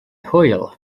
hwyl